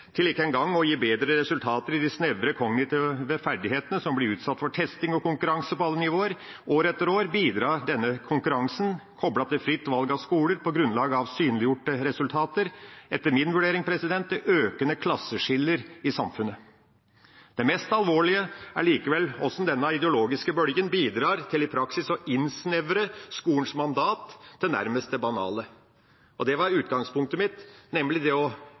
til ikke engang å gi bedre resultater i de snevre kognitive ferdighetene som blir utsatt for testing og konkurranse på alle nivåer år etter år, bidrar denne konkurransen – koblet til fritt valg av skoler – på grunnlag av synliggjorte resultater etter min vurdering til økende klasseskiller i samfunnet. Det mest alvorlige er likevel hvordan denne ideologiske bølgen bidrar til i praksis å innsnevre skolens mandat til nærmest det banale. Og det som var utgangspunktet mitt, var nemlig det